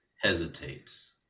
hesitates